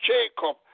Jacob